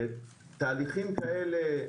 תהליכים כאלה,